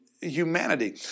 humanity